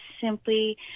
simply